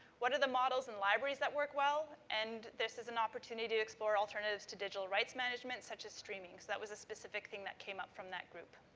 what are the models and libraries that work well? and, this is an opportunity to explore alternatives to digital rights management such as streaming. so, that was a specific thing that came up from that group.